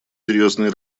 серьезные